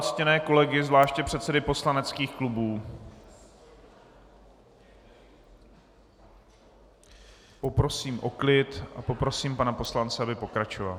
Ctěné kolegy, zvláště předsedy poslaneckých klubů, poprosím o klid a prosím pana poslance, aby pokračoval.